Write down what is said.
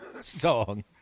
song